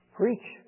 preach